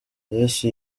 yesu